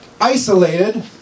Isolated